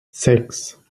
six